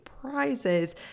prizes